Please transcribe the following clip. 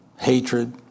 hatred